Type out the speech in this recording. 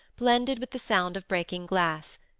blended with the sound of breaking glass.